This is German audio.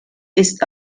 ist